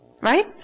Right